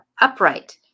Upright